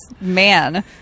man